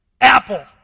Apple